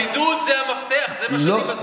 הבידוד זה המפתח, זה מה שאני מסביר.